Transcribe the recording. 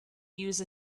use